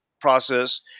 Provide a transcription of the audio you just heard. process